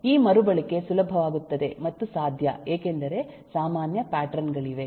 ಈ ಮರುಬಳಕೆ ಸುಲಭವಾಗುತ್ತದೆ ಮತ್ತು ಸಾಧ್ಯ ಏಕೆಂದರೆ ಸಾಮಾನ್ಯ ಪ್ಯಾಟರ್ನ್ ಗಳಿವೆ